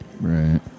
Right